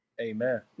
Amen